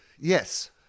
Yes